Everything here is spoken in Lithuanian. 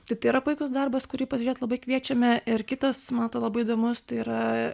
tai tai yra puikus darbas kurį pažiūrėt labai kviečiame ir kitas man atrodo labai įdomus tai yra